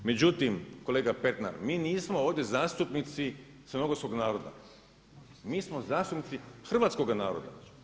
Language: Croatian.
Međutim, kolega Pernar mi nismo ovdje zastupnici crnogorskog naroda, mi smo zastupnici hrvatskoga naroda.